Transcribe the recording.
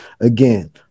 Again